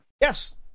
Yes